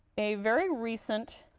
a very recent